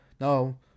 No